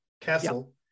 Castle